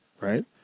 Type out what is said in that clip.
right